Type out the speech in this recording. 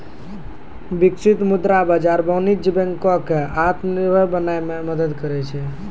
बिकसित मुद्रा बाजार वाणिज्यक बैंको क आत्मनिर्भर बनाय म मदद करै छै